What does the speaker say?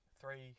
three